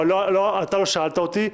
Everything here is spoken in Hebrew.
לא שאלת אותי.